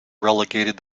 relegated